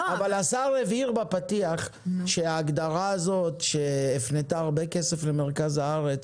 אבל השר הבהיר בפתיח שההגדרה הזאת שהפנתה הרבה כסף למרכז הארץ